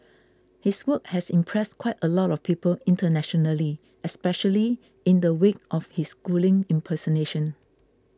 his work has impressed quite a lot of people internationally especially in the wake of his Schooling impersonation